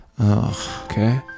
Okay